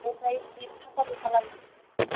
ओमफ्राय jeep safari खालामनो हागोन